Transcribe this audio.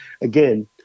again